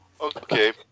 Okay